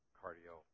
cardio